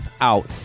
out